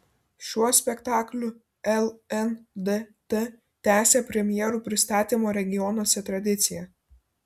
šiuo spektakliu lndt tęsia premjerų pristatymo regionuose tradiciją